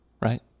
right